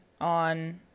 on